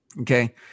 Okay